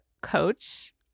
Coach